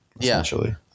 essentially